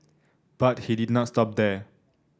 but he did not stop there